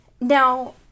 Now